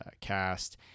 cast